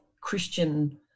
Christian